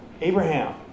Abraham